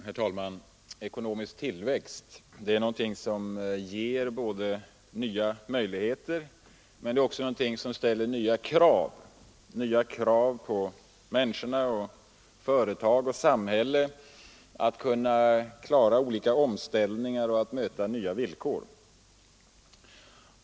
Herr talman! Ekonomisk tillväxt är någonting som ger nya möjligheter, men det är också någonting som ställer nya krav på människor, företag och samhälle — krav att de skall kunna klara olika omställningar och möta nya villkor.